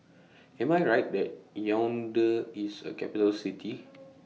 Am I Right that Yaounde IS A Capital City